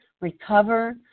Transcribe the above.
recover